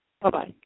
Bye-bye